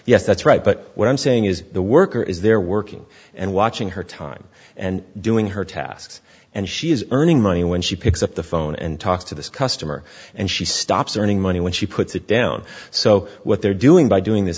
yes that's right but what i'm saying is the worker is there working and watching her time and doing her tasks and she is earning money when she picks up the phone and talks to this customer and she stops earning money when she puts it down so what they're doing by doing this